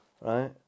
right